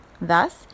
Thus